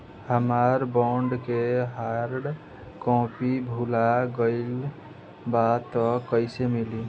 हमार बॉन्ड के hard copy भुला गएलबा त कैसे मिली?